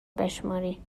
بشمری